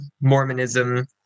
Mormonism